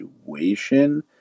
situation